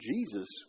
Jesus